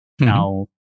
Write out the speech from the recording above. Now